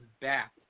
back